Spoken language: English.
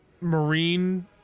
marine